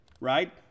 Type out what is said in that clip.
Right